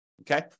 okay